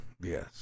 yes